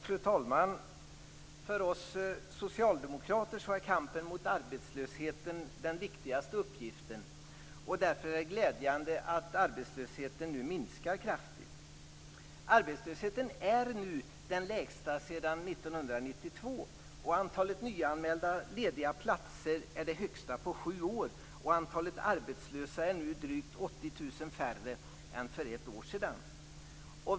Fru talman! För oss socialdemokrater är kampen mot arbetslösheten den viktigaste uppgiften. Därför är det glädjande att arbetslösheten nu minskar kraftigt. Arbetslösheten är nu den lägsta sedan 1992. Antalet nyanmälda lediga platser är det högsta på sju år och antalet arbetslösa är nu drygt 80 000 färre än för ett år sedan.